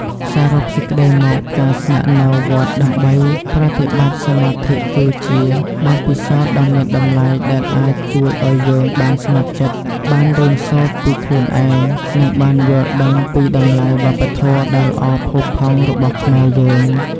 សរុបសេចក្តីមក ការស្នាក់នៅវត្តដើម្បីប្រតិបត្តិសមាធិគឺជាបទពិសោធន៍ដ៏មានតម្លៃដែលអាចជួយឱ្យយើងបានស្ងប់ចិត្ត បានរៀនសូត្រពីខ្លួនឯង និងបានយល់ដឹងពីតម្លៃវប្បធម៌ដ៏ល្អផូរផង់របស់ខ្មែរយើង។